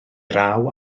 raw